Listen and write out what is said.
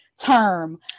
term